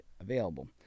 available